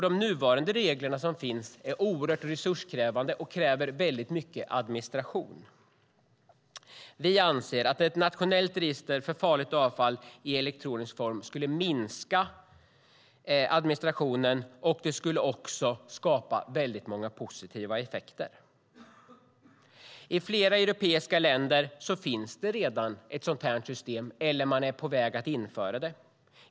De nuvarande reglerna är dessutom resurskrävande och kräver mycket administration. Vi anser att ett nationellt register för farligt avfall i elektronisk form skulle minska administrationen. Det skulle också skapa väldigt många positiva effekter. I flera europeiska länder finns det redan sådana system, eller också är man på väg att införa det.